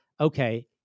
okay